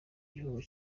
gihugu